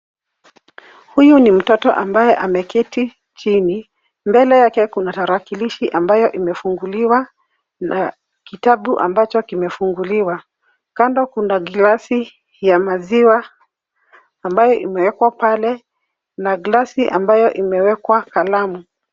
Huyu ni mtoto ambaye ameketi chini. Mbele yake kuna tarakilishi ambayo imefunguliwa na kitabu ambacho kimefunguliwa. Kando kuna gilasi ya maziwa ambayo imewekwa pale na gilasi ambayo imewekwa kalamu.